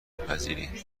پذیری